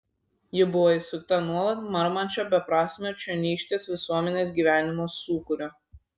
ji buvo įsukta nuolat marmančio beprasmio čionykštės visuomenės gyvenimo sūkurio